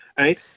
right